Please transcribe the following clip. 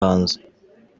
hanze